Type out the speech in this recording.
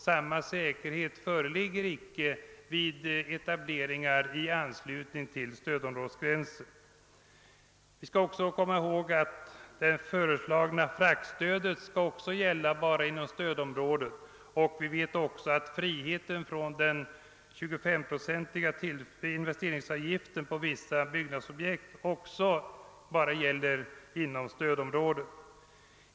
Samma säkerhet föreligger icke i fråga om etablering i anslutning till stödområdesgränsen. Vi skall också komma ihåg att det föreslagna fraktstödet enbart skall gälla inom stödområdet. Vi vet också att befrielsen från erläggande av den 25 procentiga investeringsavgiften på vissa byggnadsobjekt också bara gäller inom stödområdet.